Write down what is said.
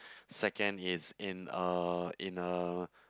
second is in uh in a